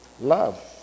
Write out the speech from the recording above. love